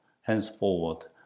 Henceforward